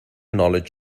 knowledge